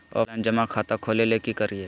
Offline जमा खाता खोले ले की करिए?